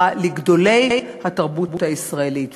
לגדולי התרבות הישראלית",